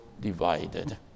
divided